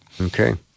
Okay